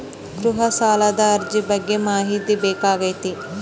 ಗೃಹ ಸಾಲದ ಅರ್ಜಿ ಬಗ್ಗೆ ಮಾಹಿತಿ ಬೇಕಾಗೈತಿ?